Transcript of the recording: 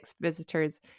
visitors